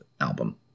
album